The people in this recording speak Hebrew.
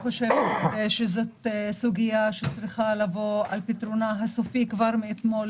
זאת סוגיה שצריכה לבוא על פתרונה הסופי כבר מאתמול,